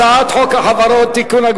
הצעת חוק החברות (תיקון,